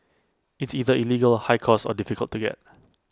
it's either illegal high cost or difficult to get